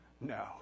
No